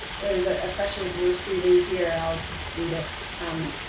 there is a question that we're receiving here. i'll just read it from